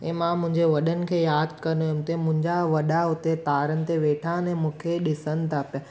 ऐं मां मुंहिंजे वॾनि खे यादि कंदो हुअमि त मुंहिंजा वॾा उते तारनि ते वेठा आहिनि ने मूंखे ॾिसनि था पिया